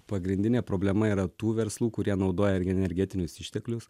pagrindinė problema yra tų verslų kurie naudoja irgi energetinius išteklius